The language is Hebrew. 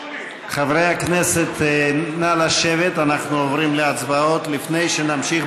50 בעד, 58 נגד.